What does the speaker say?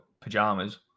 pajamas